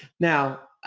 now,